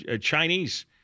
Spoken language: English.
Chinese